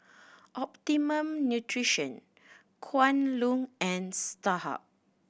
Optimum Nutrition Kwan Loong and Starhub